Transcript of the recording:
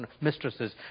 mistresses